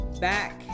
back